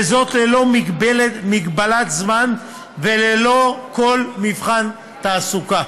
וזאת ללא מגבלת זמן וללא כל מבחן תעסוקה.